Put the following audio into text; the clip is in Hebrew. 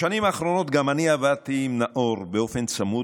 בשנים האחרונות גם אני עבדתי עם נאור באופן צמוד.